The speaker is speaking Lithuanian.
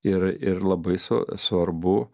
ir ir labai svarbu